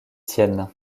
siennes